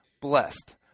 blessed